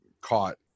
caught